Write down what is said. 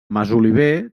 masoliver